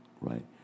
right